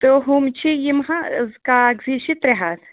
تہٕ ہُم چھِ یِم حظ کاغذی چھِ ترٛےٚ ہَتھ